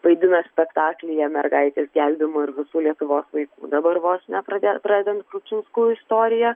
vaidina spektaklyje mergaitės gelbėjimo ir visų lietuvos vaikų dabar vos nepradė pradedant kručinskų istorija